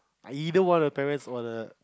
either one the parents or the